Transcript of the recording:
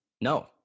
No